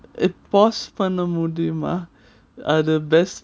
uh pause பண்ண முடியுமா:panna mudiuma uh the best